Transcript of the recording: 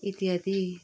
इत्यादि